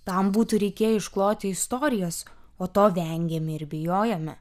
tam būtų reikėję iškloti istorijas o to vengėm ir bijojome